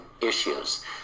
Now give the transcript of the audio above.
issues